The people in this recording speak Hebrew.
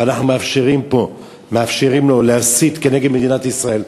ואנחנו מאפשרים לו להסית כנגד מדינת ישראל,